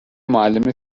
معلم